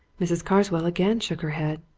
mrs. carswell again shook her head.